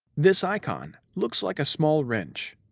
this icon looks like a small wrench.